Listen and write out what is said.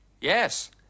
yes